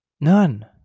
None